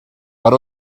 per